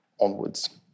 onwards